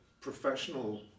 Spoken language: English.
professional